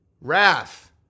wrath